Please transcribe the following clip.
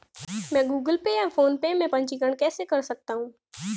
मैं Google Pay या PhonePe में पंजीकरण कैसे कर सकता हूँ?